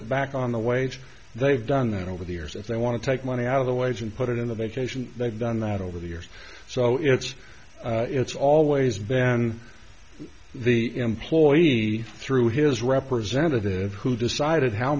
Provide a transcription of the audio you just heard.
it back on the wage they've done then over the years if they want to take money out of the wage and put it in a vacation they've done that over the years so it's it's always been the employee through his representative who decided how